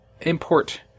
import